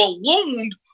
ballooned